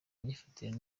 myifatire